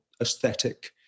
aesthetic